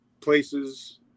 places